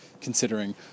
considering